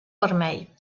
vermell